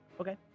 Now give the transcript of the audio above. okay